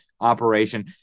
operation